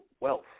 wealth